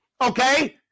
Okay